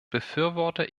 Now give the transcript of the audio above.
befürworte